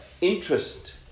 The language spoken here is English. interest